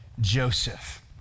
Joseph